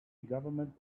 government